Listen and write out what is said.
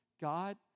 God